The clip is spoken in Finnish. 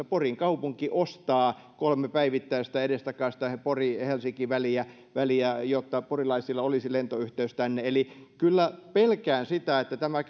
porin kaupunki ostaa kolme päivittäistä edestakaista pori helsinki väliä väliä jotta porilaisilla olisi lentoyhteys tänne kyllä pelkään sitä että tämä